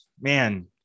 man